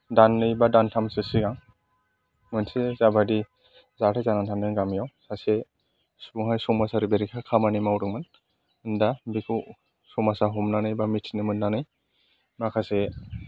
दान्नै बा दानथामसो सिगां मोनसे जाबादि जाथाय जानानै थांदों गामियाव सासे सुबुंआ समाजारि बेरेखा खामानि मावदोंमोन दा बेखौ समाजा हमनानै बा मिथिनो मोन्नानै माखासे